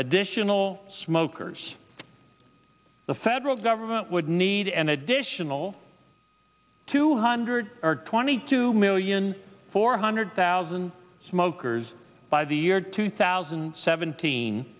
additional smokers the federal government would need an additional two hundred twenty two million four hundred thousand smokers by the year two thousand and seventeen